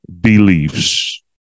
beliefs